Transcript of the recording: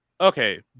Okay